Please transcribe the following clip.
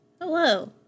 Hello